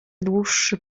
dłuższy